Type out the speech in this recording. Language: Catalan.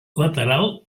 lateral